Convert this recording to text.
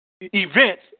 events